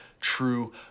true